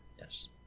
Yes